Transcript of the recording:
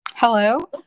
hello